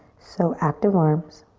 so active arms.